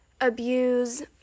abuse